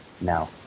now